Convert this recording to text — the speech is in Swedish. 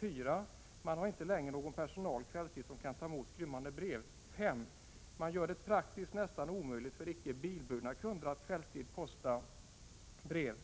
4 Man har inte längre någon personal på kvällstid som kan ta emot skrymmande brev. 5 Man gör det praktiskt nästan omöjligt för icke bilburna kunder att kvällstid posta brev.